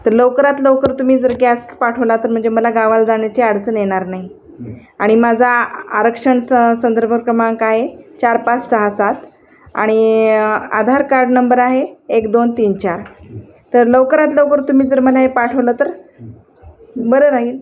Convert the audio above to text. तर लवकरात लवकर तुम्ही जर गॅस पाठवला तर म्हणजे मला गावाला जाण्याची अडचण येणार नाही आणि माझा आरक्षण स संदर्भ क्रमांक आहे चार पाच सहा सात आणि आधार कार्ड नंबर आहे एक दोन तीन चार तर लवकरात लवकर तुम्ही जर मला हे पाठवलं तर बरं राहील